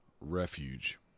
refuge